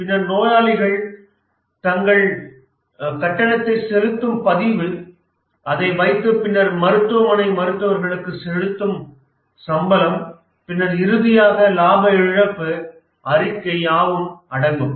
பின்னர் நோயாளிகள் தங்கள் கட்டணத்தை செலுத்தும் பதிவு அதை வைத்து பின்னர் மருத்துவமனை மருத்துவர்களுக்கு செலுத்தும் சம்பளம் பின்னர் இறுதியாக லாப இழப்பு அறிக்கை யாவும் அடங்கும்